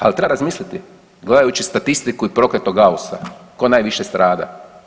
Ali treba razmisliti gledajući statistiku i prokletog …/nerazumljivo/… tko najviše strada.